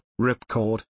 ripcord